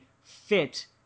fit